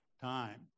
time